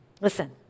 Listen